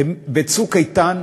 ב"צוק איתן",